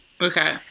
Okay